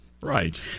Right